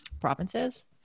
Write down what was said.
provinces